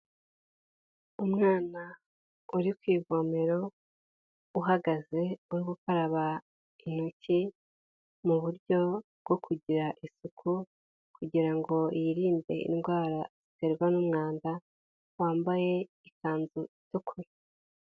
Umwana uri ku ivomero uhagaze uri gukaraba intoki mu buryo bwo kugira isuku, kugira ngo yirinde indwara ziterwa n'umwanda wambaye ikanzu itukura.